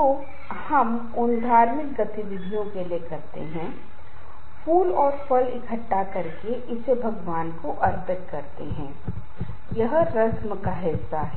होगी इसी तरह व्यायाम अपने अधिकार के लिए खड़े रहना समय प्रबंधन रिश्ते में सुधार उचित आहार और योग और सामाजिक समर्थन आपको तनाव का प्रबंधन करने में मदद करेगा पश्चिमी तकनीकों जैसे रचनात्मक दृश्य संज्ञानात्मक व्यवहार तकनीक ऑटोजेनिक प्रशिक्षण विश्राम प्रतिक्रिया बायोफीडबैक तकनीकों से भावनात्मक स्वतंत्रता ये पूर्वी देशों में कम से कम ज्ञात हैं